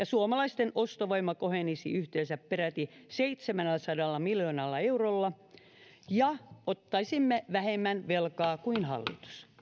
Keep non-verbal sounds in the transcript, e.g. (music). (unintelligible) suomalaisten ostovoima kohenisi yhteensä peräti seitsemälläsadalla miljoonalla eurolla ja että ottaisimme vähemmän velkaa kuin hallitus